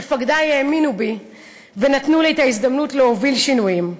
מפקדי האמינו בי ונתנו לי את ההזדמנות להוביל שינויים,